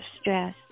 stress